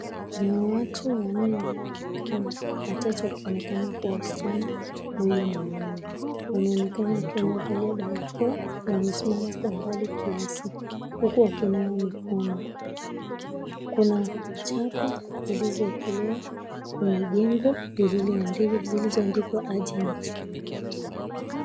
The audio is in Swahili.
Kuna watu wanne wanaoonekana watatu wakioneka kuwa wasichana mwenye mwanaume. Wanaonekana wamevalia barakoa na wamesimama kwa umbali kiasi huku wakinawa mikono. Kuna chapa zilizowekelewa kwenye jengo zilizoandikwa agent.